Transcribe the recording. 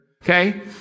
Okay